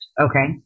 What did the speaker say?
Okay